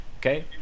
Okay